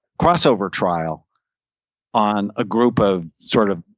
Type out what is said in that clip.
crossover trial on a group of sort of